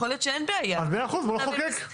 אם אין בעיה אז בואו נחוקק.